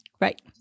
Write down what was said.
Right